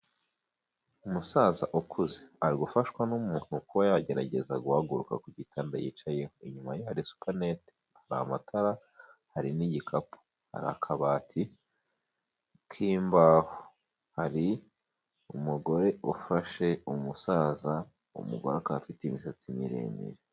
Umusaza ukuze. Ari gufashwa n'umuntu kuba yagerageza guhaguruka ku gitanda yicayeho. Inyuma ye hari supaneti hari amatara hari n'igikapu, hari akabati k'imbaho. Hari umugore ufashe umusaza, umugore akaba afite imisatsi miremire.